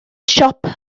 siop